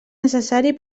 necessari